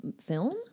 film